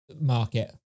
Market